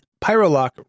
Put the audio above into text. PyroLock